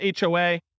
HOA